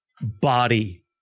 body